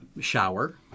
shower